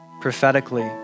prophetically